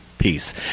peace